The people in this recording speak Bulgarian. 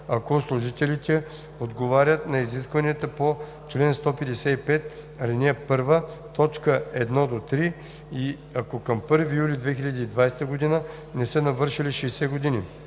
ако служителите отговорят на изискванията по чл. 155, ал. 1, т. 1 – 3 и ако към 1 юли 2020 г. не са навършили 60 години.